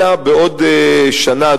אלא בעוד שנה,